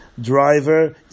driver